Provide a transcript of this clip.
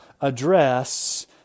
address